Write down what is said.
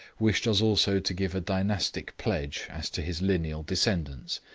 wished us also to give a dynastic pledge as to his lineal descendants,